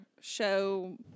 show